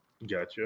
Gotcha